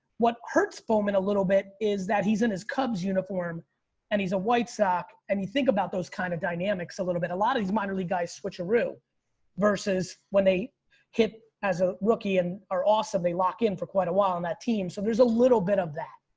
what hurts bowman a little bit is that he's in his cubs uniform and he's a white sock. and you think about those kinda kind of dynamics a little bit, a lot of these minor league guys switcheroo versus when they hit as a rookie and are awesomely locked in for quite a while on that team. so there's a little bit of that,